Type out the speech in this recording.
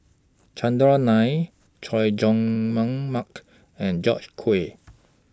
Chandran Nair Chay Jung Mark and George Quek